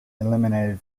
eliminated